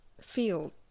feel